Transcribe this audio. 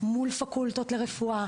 מול פקולטות לרפואה,